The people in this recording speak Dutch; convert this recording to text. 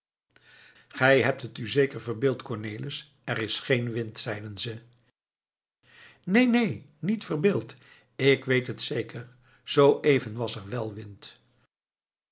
gij hebt het u zeker verbeeld cornelis er is geen wind zeiden ze neen neen niet verbeeld ik weet het zeker zoo even was er wèl wind